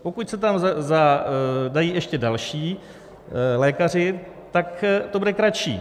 Pokud se tam dají ještě další lékaři, tak to bude kratší.